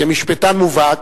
כמשפטן מובהק,